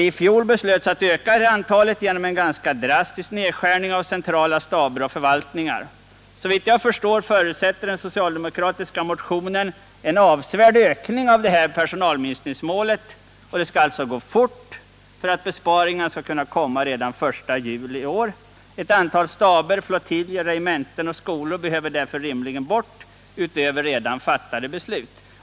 I fjol beslöts att detta antal skulle utökas genom en ganska drastisk nedskärning av centrala staber och förvaltningar. Såvitt jag förstår förutsätter den socialdemokratiska motionen en avsevärd skärpning av detta personalminskningsmål, och det måste alltså gå fort för att besparingar skall kunna inledas redan den 1 juli i år. Ett antal staber, flottiljer, regementen och skolor måste därför rimligen försvinna, utöver vad som bestämts i redan fattade beslut.